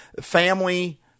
Family